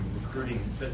recruiting